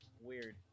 Weird